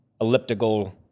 elliptical